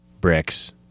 bricks